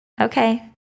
Okay